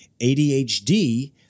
ADHD